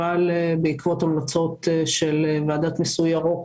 אבל בעקבות המלצות של ועדת המיסוי הירוק